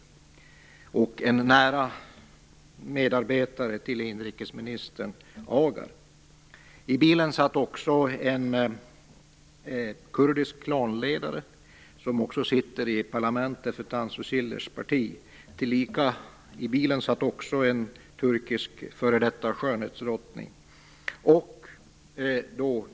Han var också en nära medarbetare till inrikesminister Agar. I bilen satt också en kurdisk klanledare som även sitter i parlamentet för Tansu Cillers parti. I bilen satt också en turkisk före detta skönhetsdrottning.